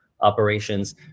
operations